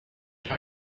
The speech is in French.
elle